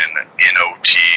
N-O-T